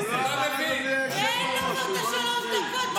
תן לו את שלוש הדקות שלו.